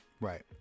Right